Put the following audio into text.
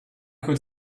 could